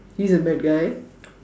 he's a bad guy